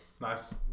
Nice